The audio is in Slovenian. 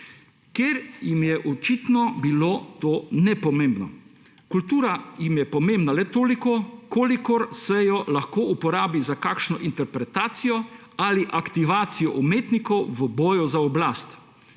ker jim je očitno bilo to nepomembno. Kultura jim je pomembna le toliko, kolikor se jo lahko uporabi za kakšno interpretacijo ali aktivacijo umetnikov v boju za oblast.